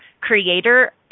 creator